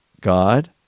God